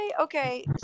okay